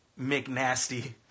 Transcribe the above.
McNasty